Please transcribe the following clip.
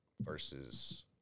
versus